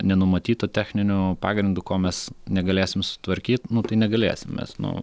nenumatyto techniniu pagrindu ko mes negalėsim sutvarkyt nu tai negalėsim nes nu